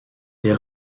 les